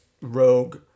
rogue